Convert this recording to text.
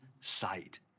sight